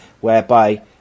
Whereby